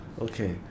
Okay